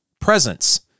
presence